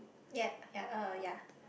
ya ya uh ya